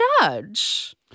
judge